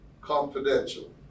confidential